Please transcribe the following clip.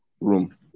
room